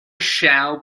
shall